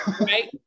right